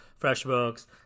FreshBooks